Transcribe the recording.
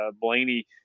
Blaney